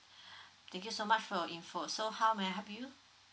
thank you so much for your info so how may I help you